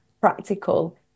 practical